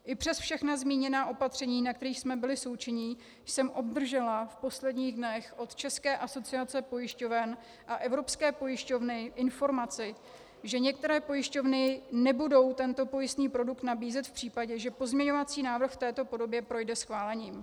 I přes všechna zmíněná opatření, na kterých jsme byli součinní, jsem obdržela v posledních dnech od České asociace pojišťoven a Evropské pojišťovny informaci, že některé pojišťovny nebudou tento pojistný produkt nabízet v případě, že pozměňovací návrh v této podobě projde schválením.